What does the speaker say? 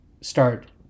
start